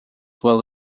well